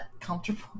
comfortable